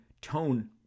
tone